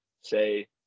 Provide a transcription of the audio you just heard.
say